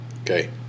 Okay